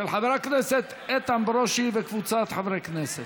של חבר הכנסת איתן ברושי וקבוצת חברי הכנסת.